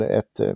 ett